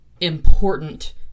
important